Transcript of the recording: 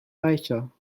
reicher